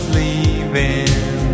leaving